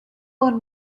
one